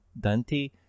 Dante